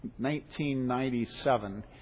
1997